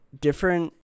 different